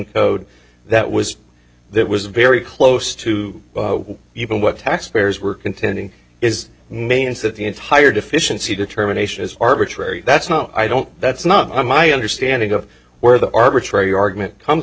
code that was that was very close to even what taxpayers were contending is millions that the entire deficiency determination is arbitrary that's no i don't that's not my understanding of where the arbitrary argument comes